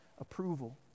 approval